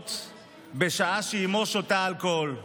נגרמות בשעה שאימו שותה אלכוהול.